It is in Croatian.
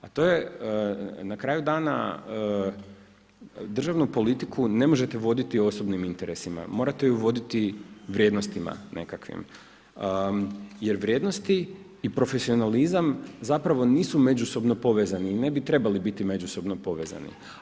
A to je na kraju dana državnu politiku ne možete voditi osobnim interesima, morate ju voditi vrijednostima nekakvim jer vrijednosti i profesionalizam zapravo nisu međusobno povezani i ne bi trebali biti međusobno povezani.